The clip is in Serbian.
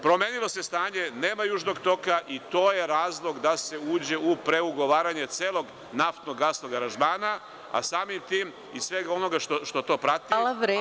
Promenilo se stanje, nema Južnog toka i to je razlog da se uđe u preugovaranje celog naftno-gasnog aranžmana, a samim tim i svega onoga što to prati…